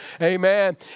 Amen